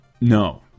No